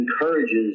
encourages